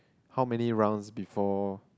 how many rounds before